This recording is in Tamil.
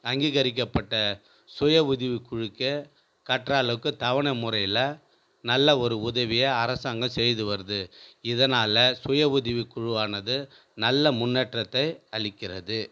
அங்கீகரிக்கப்பட்ட சுய உதவிக் குழுக்கே கட்டுற அளவுக்கு தவணை முறையில் நல்ல ஒரு உதவிய அரசாங்கம் செய்து வருது இதனால் சுய உதவிக் குழுவானது நல்ல முன்னேற்றத்தை அளிக்கிறது